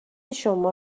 شما